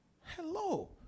Hello